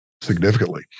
Significantly